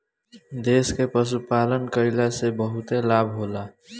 देश में पशुपालन कईला से बहुते लाभ होला